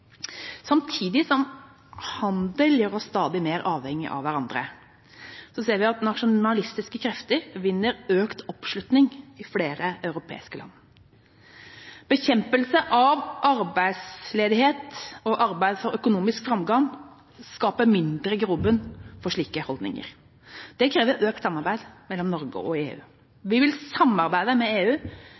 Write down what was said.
Samtidig som handel gjør oss stadig mer avhengig av hverandre, ser vi at nasjonalistiske krefter vinner økt oppslutning i flere europeiske land. Bekjempelse av arbeidsledighet og arbeid for økonomisk framgang skaper mindre grobunn for slike holdninger. Det krever økt samarbeid mellom Norge og EU. Vi vil samarbeide med EU